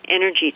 energy